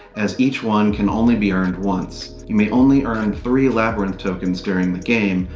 as each one can only be earned once. you may only earn three labyrinth tokens during the game,